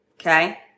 Okay